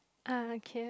ah okay